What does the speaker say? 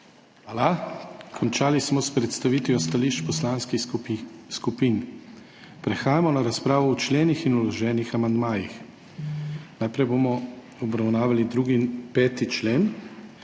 Hvala. Končali smo s predstavitvijo stališč poslanskih skupin. Prehajamo na razpravo o členih in vloženih amandmajih. Najprej bomo obravnavali 2. in 5. člen.